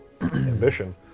ambition